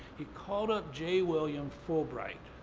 he called up j. william fulbright,